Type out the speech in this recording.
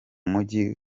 mujyi